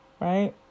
right